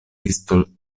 kristo